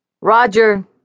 Roger